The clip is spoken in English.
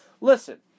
Listen